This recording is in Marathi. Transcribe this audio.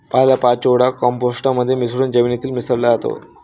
पालापाचोळा कंपोस्ट मध्ये मिसळून जमिनीत मिसळला जातो